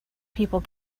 people